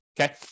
Okay